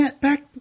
back